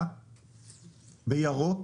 בה בירוק